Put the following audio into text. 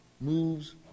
Moves